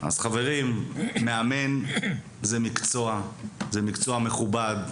אז חברים, מאמן זה מקצוע, זה מקצוע מכובד.